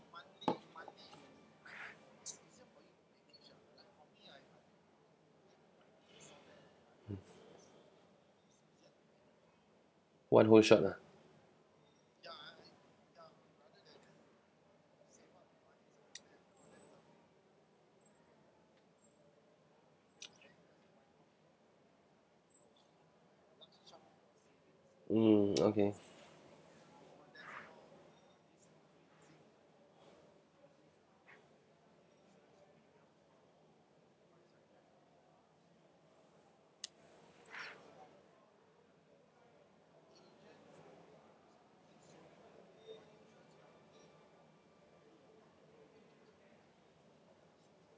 one whole shot uh mm okay